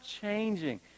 changing